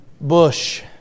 Bush